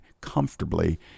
comfortably